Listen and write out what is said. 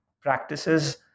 practices